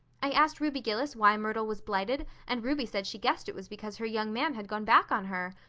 i asked ruby gillis why myrtle was blighted, and ruby said she guessed it was because her young man had gone back on her.